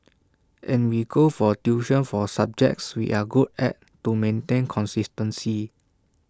and we go for tuition for subjects we are good at to maintain consistency